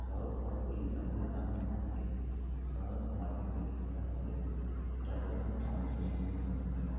সড়ক পথগুলি আমাদের গ্রামের ভিতর থেকে সাধারণত মাটির হয়ে থাকে যার ফলে যাতায়াতে অনেক সমস্যার সম্মুখীন হতে হয়